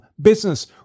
business